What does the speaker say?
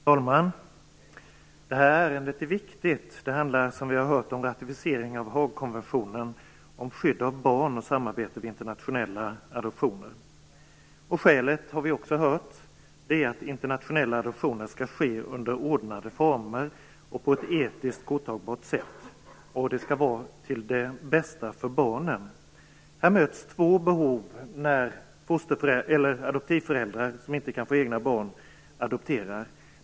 Fru talman! Det här ärendet är viktigt. Som vi har hört handlar det om ratificering av Haagkonventionen om skydd av barn och samarbete vid internationella adoptioner. Skälet har vi också hört. Det är att internationella adoptioner skall ske under ordnade former och på ett etiskt godtagbart sätt. Det skall vara till barnens bästa. Här möts två behov när adoptivföräldrar som inte kan få egna barn adopterar.